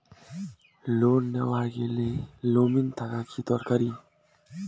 Loan নেওয়ার গেলে nominee থাকা কি দরকারী?